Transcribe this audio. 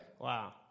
Wow